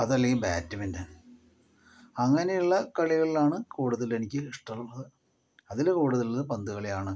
അതല്ലെങ്കിൽ ബാറ്റ്മിൻ്റൺ അങ്ങനെയുള്ള കളികളാണ് കൂടുതൽ എനിക്ക് ഇഷ്ടമുള്ളത് അതില് കൂടുതലുള്ളത് പന്ത് കളിയാണ്